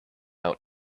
out